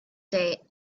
day